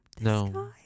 No